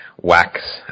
wax